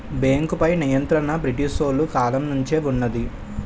బేంకుపై నియంత్రణ బ్రిటీసోలు కాలం నుంచే వున్నది